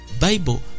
Bible